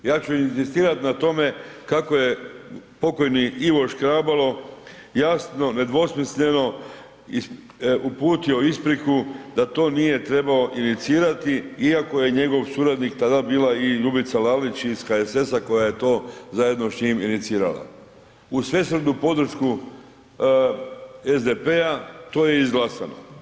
Ja ću inzistirati na tome kako je pokojni Ivo Škrabalo jasno nedvosmisleno uputio ispriku da to nije trebao inicirati iako je njegov suradnik tada bila i Ljubica Lalić iz HSS-a koja je to zajedno s njim inicirala uz svesrdnu podršku SDP-a to je izglasano.